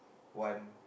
one